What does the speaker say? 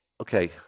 okay